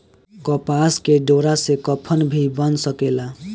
कपास के डोरा से कफन भी बन सकेला